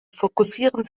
fokussieren